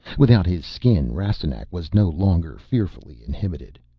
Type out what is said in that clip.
without his skin rastignac was no longer fearfully inhibited.